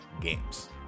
games